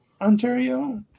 Ontario